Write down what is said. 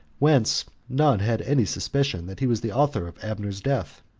whence none had any suspicion that he was the author of abner's death.